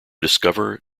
discover